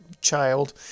child